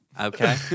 okay